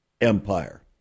empire